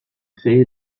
créé